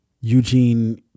Eugene